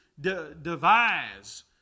devise